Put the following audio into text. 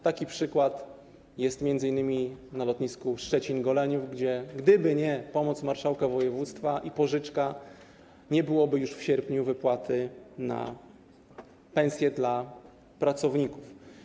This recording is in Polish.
Taki przykład to m.in. lotnisko Szczecin-Goleniów, gdzie gdyby nie pomoc marszałka województwa i pożyczka, nie byłoby już w sierpniu pieniędzy na wypłaty, na pensje dla pracowników.